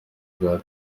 bwa